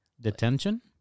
Detention